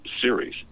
series